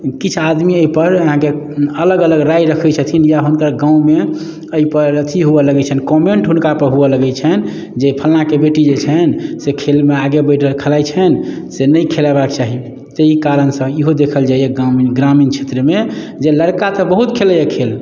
किछु आदमी एहिपर अहाँके अलग अलग राय रखैत छथिन या हुनकर गाममे एहिपर अथी हुअ लगैत छनि कॉमेन्ट हुनका पर हुअ लगैत छनि जे फलनाके बेटी जे छनि से खेलमे आगे बढ़ि खेलाइत छनि से नहि खेलेबाक चाही ताहि कारणसँ इहो देखल जाइए गाम ग्रामीण क्षेत्रमे जे लड़का तऽ बहुत खेलाइए खेल